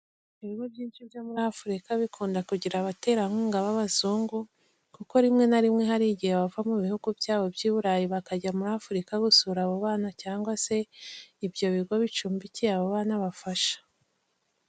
Ibigo byinshi byo muri Afurika bikunda kugira abatera nkunga b'abazungu kuko rimwe na rimwe hari igihe bava mu bihugu byabo by'iburayi bakajya muri Afurika gusura abo bana cyangwa se ibyo bigo bicumbikiye abo bana bafasha.